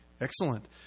excellent